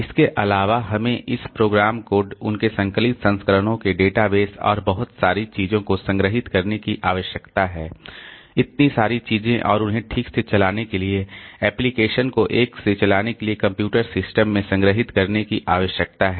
इसके अलावा हमें इस प्रोग्राम कोड उनके संकलित संस्करणों के डेटा बेस और बहुत सारी चीजों को संग्रहीत करने की आवश्यकता है इतनी सारी चीजें और उन्हें ठीक से चलाने के लिए एप्लिकेशन को एक से चलाने के लिए कंप्यूटर सिस्टम में संग्रहीत करने की आवश्यकता है